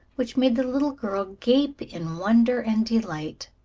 which made the little girl gape in wonder and delight.